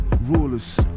Rulers